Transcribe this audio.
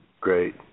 Great